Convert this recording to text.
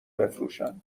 بفروشن